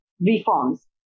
reforms